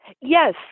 Yes